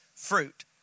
fruit